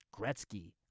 Gretzky